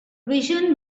vision